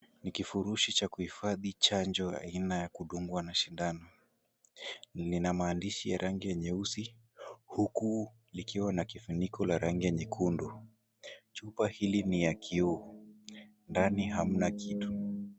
Ni kifurushi cha kuhifadhi chanjo aina ya kudungwa na shindano. Lina maandishi ya rangi ya nyeusi huku likiwa na kifuniko la rangi ya nyekundu. Chupa hili ni ya kioo ndani hamna kitu.